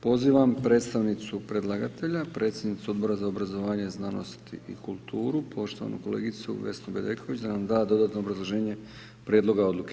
Pozivam predstavnicu predlagatelja, predsjedniku Odbora za obrazovanje, znanost i kulturu poštovanu kolegicu Vesnu Bedeković da nam da dodatno obrazloženje Prijedloga odluke.